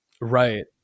right